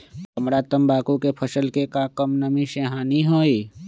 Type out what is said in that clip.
हमरा तंबाकू के फसल के का कम नमी से हानि होई?